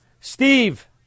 Steve